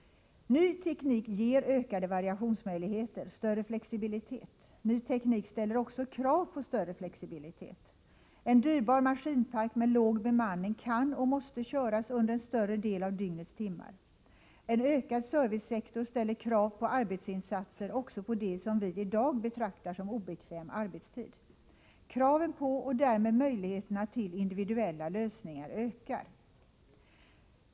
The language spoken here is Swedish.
Ny teknik ger ökade variationsmöjligheter och större flexibilitet. Men ny teknik ställer också krav på större flexibilitet. En dyrbar maskinpark med låg bemanning kan och måste köras under en större del av dygnets timmar. En ökad servicesektor ställer krav på arbetsinsatser också på det som vi i dag betraktar som obekväm arbetstid. Kravet på och därmed möjligheterna till individuella lösningar ökar.